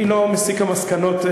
אני לא מסיק המסקנות.